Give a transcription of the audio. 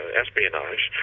espionage